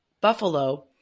buffalo